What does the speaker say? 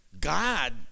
god